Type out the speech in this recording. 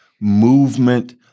movement